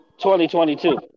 2022